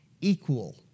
equal